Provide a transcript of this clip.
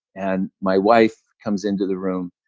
and my wife comes into the room.